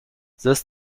this